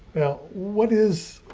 you know what is,